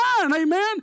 Amen